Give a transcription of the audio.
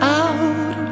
out